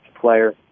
player